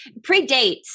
predates